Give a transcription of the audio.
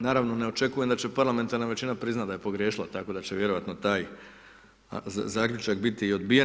Naravno ne očekujem da će parlamentarna većina priznat da je pogriješila, tako da će vjerojatno taj zaključak biti i odbijen.